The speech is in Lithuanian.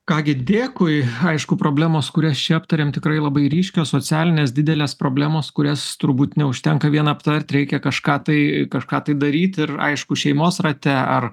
ką gi dėkui aišku problemos kurias čia aptarėm tikrai labai ryškios socialinės didelės problemos kurias turbūt neužtenka vien aptart reikia kažką tai kažką tai daryt ir aišku šeimos rate ar